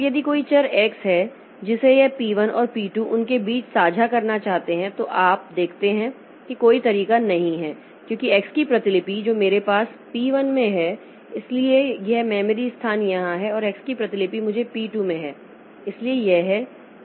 अब यदि कोई चर x है जिसे यह p 1 और p 2 उनके बीच साझा करना चाहता है तो आप देखते हैं कि कोई तरीका नहीं है क्योंकि x की प्रतिलिपि जो मेरे पास p 1 में है इसलिए यह मेमोरी स्थान यहाँ है और x की प्रतिलिपि मुझे पी 2 में है इसलिए यह है